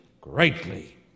greatly